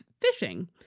fishing